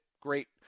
great